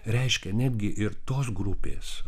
reiškia netgi ir tos grupės